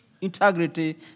integrity